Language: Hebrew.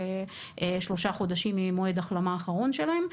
ושלושה חודשים ממועד ההחלמה האחרון שלהם,